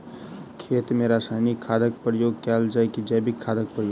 खेत मे रासायनिक खादक प्रयोग कैल जाय की जैविक खादक प्रयोग?